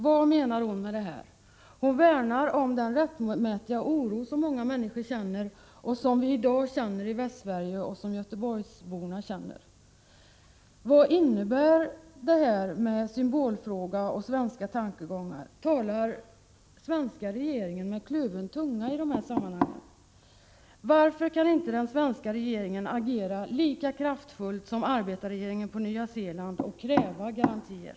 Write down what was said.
Vad menade hon med det? Jo, hon räknar med den rättmätiga oro som många människor känner, och som vi i Västsverige i dag känner och då i synnerhet göteborgsborna. Vad innebär begreppet symbolfråga och svenska tankegångar? Talar svenska regeringen med kluven tunga i de här sammanhangen? Varför kan inte den svenska regeringen agera lika kraftfullt som arbetarregeringen på Nya Zeeland och kräva garantier?